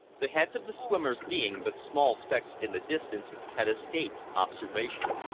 the heads of the swimmers being but small specks in the distance, had escaped observation.